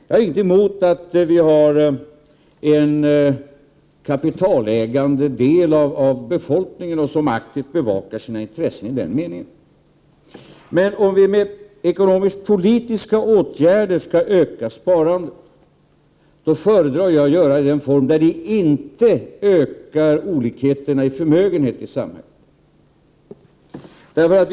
Jag inget emot att vi har en kapitalägande del av befolkningen som aktivt bevakar sina intressen i den meningen. Men om vi med ekonomisk-politiska åtgärder skall öka sparandet föredrar jag att göra det i en form som inte ökar olikheterna i förmögenhet i samhället.